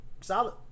solid